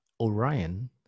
Orion